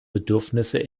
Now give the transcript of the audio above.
bedürfnisse